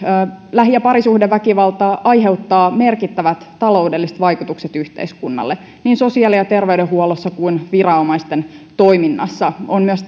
lähi ja parisuhdeväkivalta aiheuttaa merkittävät taloudelliset vaikutukset yhteiskunnalle niin sosiaali ja terveydenhuollossa kuin viranomaisten toiminnassa on myös